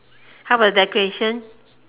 how about decoration